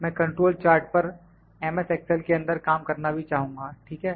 मैं control chart पर M S Excel के अंदर काम करना भी चाहूँगा ठीक है